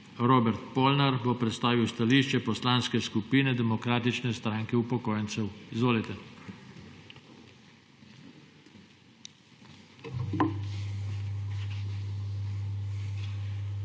Polnar bo predstavil stališče Poslanske skupine Demokratične stranke upokojencev Slovenije.